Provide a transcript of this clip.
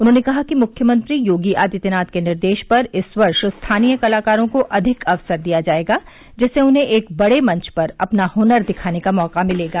उन्होंने कहा कि मुख्यमंत्री योगी आदित्यनाथ के निर्देश पर इस वर्ष स्थानीय कलाकारों को अधिक अवसर दिया जाएगा जिससे उन्हें एक बड़े मंच पर अपना हुनर दिखाने का मौका मिलेगा